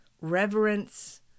reverence